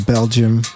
Belgium